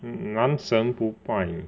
男神不败